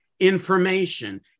information